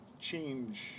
change